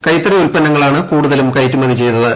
കൈത്തറി ഉത്പന്നങ്ങളാണ് കൂടുതലും കയറ്റുമതി ച്ചെയ്തത്